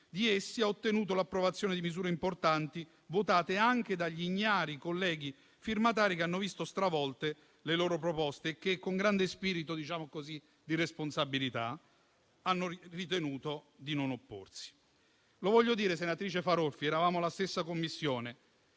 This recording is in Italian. di essi, ha ottenuto l'approvazione di misure importanti, votate anche dagli ignari colleghi firmatari, che hanno visto stravolte le loro proposte e che, con grande spirito di responsabilità, per così dire, hanno ritenuto di non opporsi. Lo voglio dire alla senatrice Farolfi, perché eravamo nella stessa Commissione